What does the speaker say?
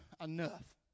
enough